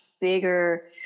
bigger